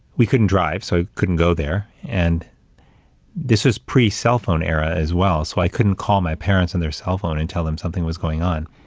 we couldn't drive, so i couldn't go there. and this was pre-cellphone era as well, so i couldn't call my parents on their cell phone and tell them something was going on.